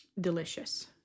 Delicious